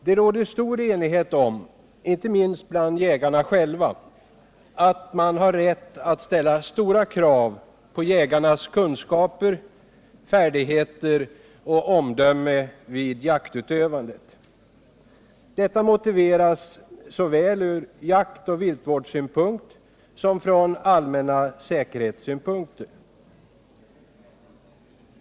Det råder inte minst bland jägarna själva stor enighet om att man har rätt att ställa stora krav på jägarnas kunskaper, färdigheter och omdöme vid jaktutövandet. Detta motiveras ur såväl jaktoch viltvårdssynpunkt som från allmänna säkerhetssynpunkter.